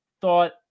thought